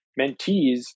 mentees